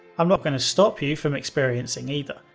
i'm not going to stop you from experiencing either.